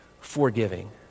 forgiving